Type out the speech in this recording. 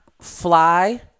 fly